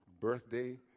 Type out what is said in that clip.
birthday